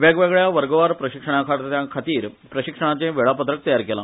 वेगवेगळ्या वर्गवार प्रशिक्षणार्थ्यांखातीर प्रशिक्षणाचे वेळापत्रक तयार केला